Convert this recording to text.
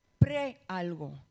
pre-algo